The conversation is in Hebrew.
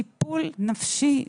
טיפול נפשי.